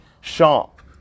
sharp